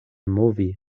movi